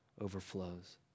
overflows